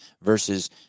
versus